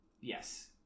Yes